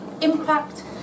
impact